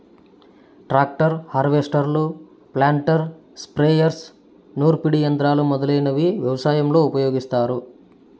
tractor, హార్వెస్టర్లు, planter, sprayers, నూర్పిడి యంత్రాలు మొదలైనవి వ్యవసాయంలో ఉపయోగిస్తారు